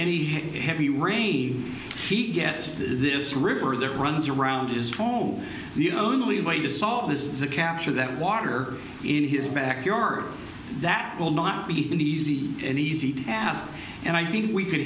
any heavy rain he gets this river that runs around his home the only way to solve this is a capture that water in his backyard that will not be easy an easy task and i think we could